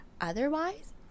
otherwise